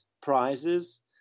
prizes